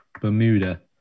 Bermuda